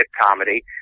comedy